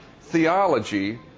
theology